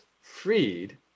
freed